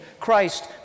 Christ